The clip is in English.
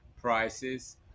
prices